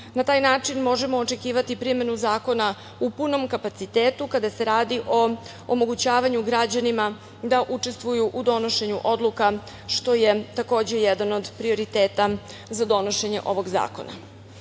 taj način možemo očekivati primenu zakona u punom kapacitetu kada se radi o omogućavanju građanima da učestvuju u donošenju odluka, što je takođe jedan od prioriteta za donošenje ovog zakona. Ono